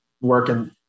working